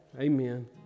Amen